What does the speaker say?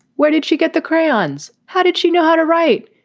where did she get the crayons? how did she know how to write?